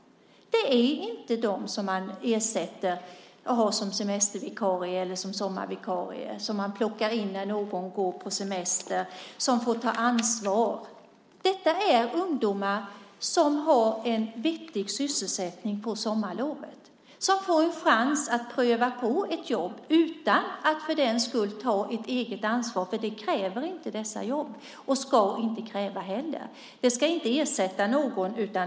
Det är inte dem man har som semestervikarie eller sommarvikarie, dem man plockar in när någon går på semester och som får ta ansvar. Detta är ungdomar som får en vettig sysselsättning på sommarlovet och får chans att pröva på ett jobb utan att för den skull ta eget ansvar. Det kräver inte dessa jobb, och det ska de inte kräva. De ska inte ersätta någon.